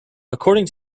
according